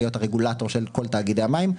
להיות הרגולטור של כל תאגידי המים,